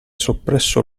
soppresso